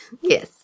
Yes